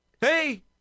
Hey